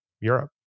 Europe